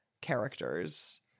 characters